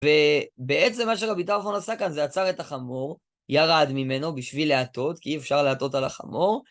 ובעצם מה שרבי טרפון עשה כאן זה עצר את החמור, ירד ממנו בשביל להטות, כי אי אפשר להטות על החמור.